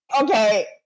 Okay